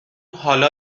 حالا